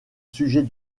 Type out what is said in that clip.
sujet